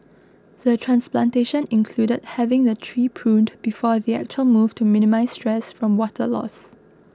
the transplantation included having the tree pruned before the actual move to minimise stress from water loss